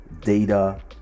data